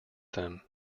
them